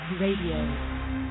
Radio